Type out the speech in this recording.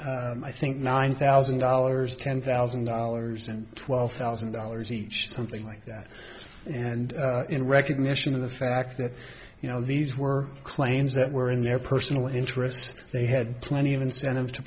were i think nine thousand dollars ten thousand dollars and twelve thousand dollars each or something like that and in recognition of the fact that you know these were claims that were in their personal interests they had plenty of incentive to